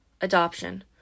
Adoption